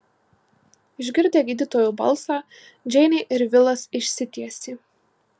išgirdę gydytojo balsą džeinė ir vilas išsitiesė